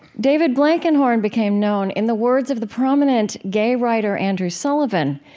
david blankenhorn became known in the words of the prominent gay writer andrew sullivan,